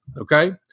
okay